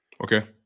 Okay